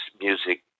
music